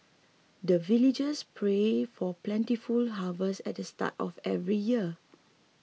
the villagers pray for plentiful harvest at the start of every year